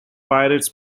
pirates